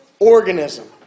Organism